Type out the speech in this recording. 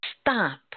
stop